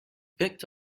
picked